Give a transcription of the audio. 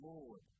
Lord